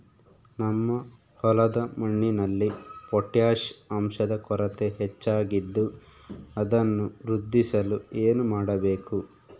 ನಮ್ಮ ಹೊಲದ ಮಣ್ಣಿನಲ್ಲಿ ಪೊಟ್ಯಾಷ್ ಅಂಶದ ಕೊರತೆ ಹೆಚ್ಚಾಗಿದ್ದು ಅದನ್ನು ವೃದ್ಧಿಸಲು ಏನು ಮಾಡಬೇಕು?